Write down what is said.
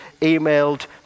emailed